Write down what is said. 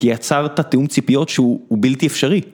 כי יצרת תיאום ציפיות שהוא, הוא בלתי אפשרי.